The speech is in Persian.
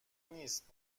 نیست